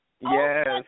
Yes